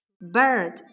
Bird